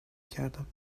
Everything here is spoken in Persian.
کردم